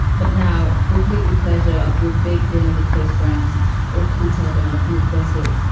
but now, replete with pleasure after a big dinner with close friends or caught up in our group gossip.